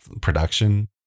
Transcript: production